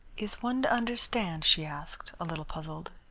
is one to understand, she asked, a little puzzled,